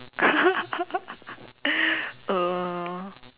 uh